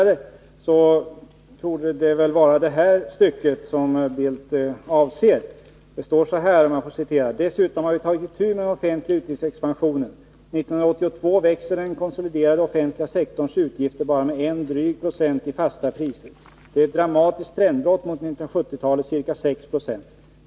Det torde vara följande stycke som Carl Bildt avser: ”Dessutom har vi tagit itu med den offentliga utgiftsexpansionen. 1982 växer den konsoliderade offentliga sektorns utgifter bara med en dryg procent i fasta priser. Det är ett dramatiskt trendbrott mot 1970-talets ca 6 Jo.